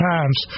Times